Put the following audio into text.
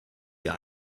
wir